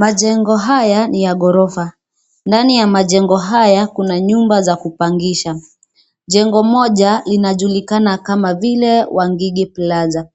Majengo haya ni ya gorofa; ndani ya majengo haya kuna nyumba za kupangisha. Jengo moja linajulikana kama vile Wangige Plaza .